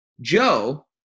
Joe